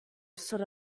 sort